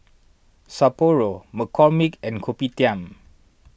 Sapporo McCormick and Kopitiam